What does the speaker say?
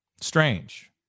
Strange